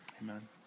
amen